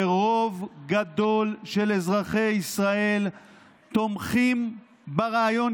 ורוב גדול של אזרחי ישראל תומכים ברעיון